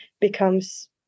becomes